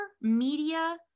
media